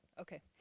Okay